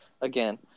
again